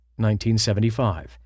1975